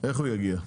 איך הוא יגיע?